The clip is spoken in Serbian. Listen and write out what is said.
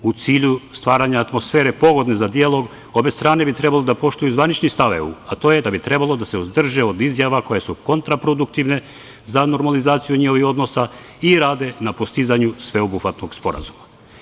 U cilju stvaranja atmosfere povoljne za dijalog, obe strane bi trebalo da poštuju zvanični stav EU, a to je da bi trebalo da se uzdrže od izjava koje su kontraproduktivne za normalizaciju njihovih odnosa i da rade na postizanju sveobuhvatnog sporazuma.